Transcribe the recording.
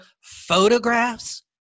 photographs